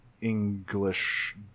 english